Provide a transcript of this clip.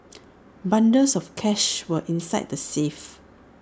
bundles of cash were inside the safe